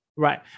Right